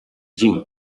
jin